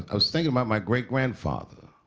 i was thinking about my great grandfather,